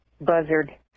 buzzard